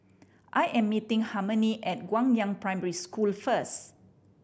I am meeting Harmony at Guangyang Primary School first